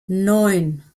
neun